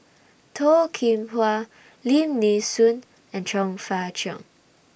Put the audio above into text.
Toh Kim Hwa Lim Nee Soon and Chong Fah Cheong